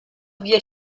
via